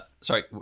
Sorry